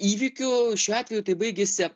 įvykiu šiuo atveju tai baigėsi